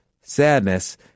sadness